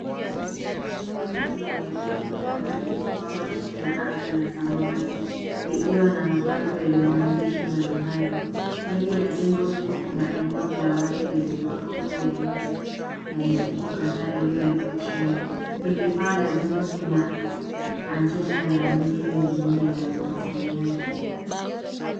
Jengo refu lenye ghorofa kadhaa likisimama chini la anga ya samawati, likiwa na mabango yenye maandishi mbalimbali. Mbele ya jengo hilo kuna eneo la wazi lenye magogo ya miti na mifuko kadhaa iliyowekwa chini. Kwenye paa la jengo kuna anntenae na miundo mingine ya mawasiliano.